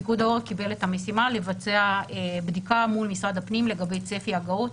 פיקוד העורף קיבל את המשימה לבצע בדיקה מול משרד הפנים לגבי צפי הגעות